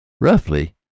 Roughly